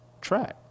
track